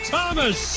Thomas